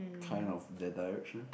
kind of that direction